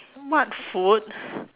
what food